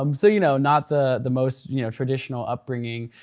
um so you know, not the the most you know traditional upbringing.